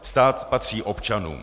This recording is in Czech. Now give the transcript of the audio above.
Stát patří občanům.